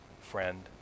friend